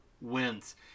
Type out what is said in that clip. wins